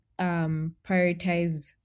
prioritize